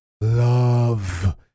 love